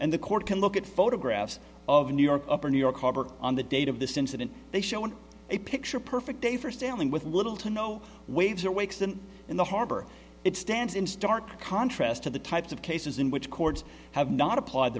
and the court can look at photographs of new york or new york harbor on the date of this incident they showed a picture perfect day for sailing with little to no waves or wakes them in the harbor it stands in stark contrast to the types of cases in which courts have not applied